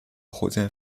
火箭